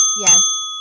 Yes